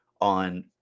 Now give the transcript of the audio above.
on –